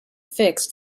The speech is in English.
fix